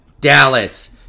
Dallas